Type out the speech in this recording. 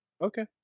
Okay